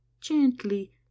gently